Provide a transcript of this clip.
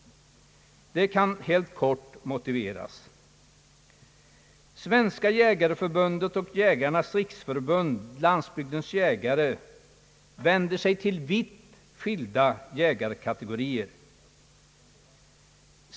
Det kan helt kort motiveras på följande sätt: Svenska jägareförbundet och Jägarnas riksförbund-Landsbygdens jägare vänder sig till vitt skilda jägarkategorier.